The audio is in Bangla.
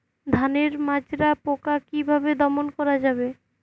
ধানের মাজরা পোকা কি ভাবে দমন করা যাবে?